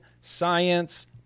science